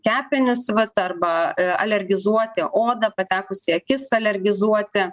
kepenis vat arba alergizuoti odą patekus į akis alergizuoti